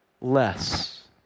less